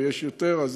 וכשיש יותר,